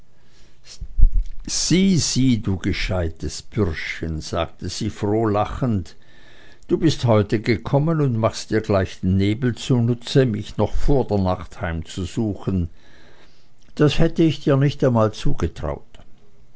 du gescheites bürschchen sagte sie froh lachend du bist heute gekommen und machst dir gleich den nebel zunutze mich noch vor nacht heimzusuchen das hätte ich dir nicht einmal zugetraut